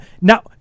Now